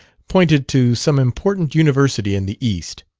pointed to some important university in the east.